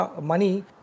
money